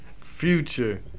Future